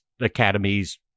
academies